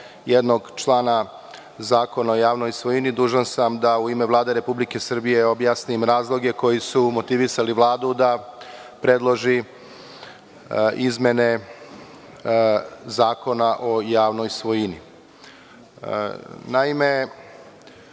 jednog člana Zakona o javnoj svojini. Dužan sam da u ime Vlade Republike Srbije objasnim razloge koji su motivisali Vladu da predloži izmene Zakona o javnoj svojini. Članom